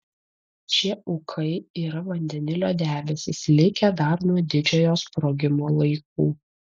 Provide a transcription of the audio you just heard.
šie ūkai yra vandenilio debesys likę dar nuo didžiojo sprogimo laikų